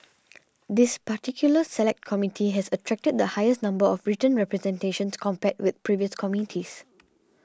this particular Select Committee has attracted the highest number of written representations compared with previous committees